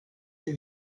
per